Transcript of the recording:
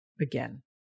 again